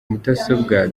mudasobwa